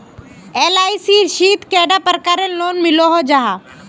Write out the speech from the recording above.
LIC शित कैडा प्रकारेर लोन मिलोहो जाहा?